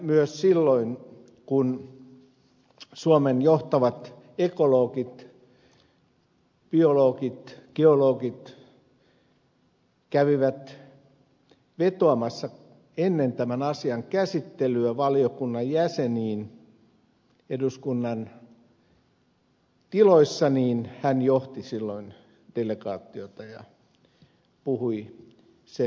myös silloin kun suomen johtavat ekologit biologit geologit kävivät vetoamassa ennen tämän asian käsittelyä valiokunnan jäseniin eduskunnan tiloissa hän johti delegaatiota ja puhui sen puolesta